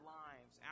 lives